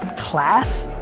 class.